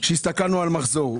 שהסתכלנו על מחזור.